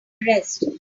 arrest